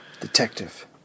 Detective